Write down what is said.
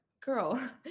girl